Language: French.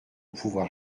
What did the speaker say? pouvoir